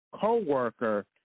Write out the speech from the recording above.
co-worker